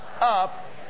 up